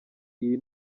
iyi